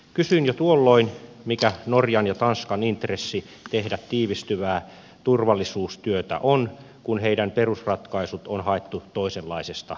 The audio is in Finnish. kysyin jo tuolloin mikä norjan ja tanskan intressi tehdä tiivistyvää turvallisuustyötä on kun heidän perusratkaisunsa on haettu toisenlaisesta näkökulmasta